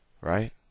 right